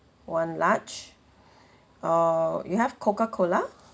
one large err you have coca cola